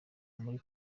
muri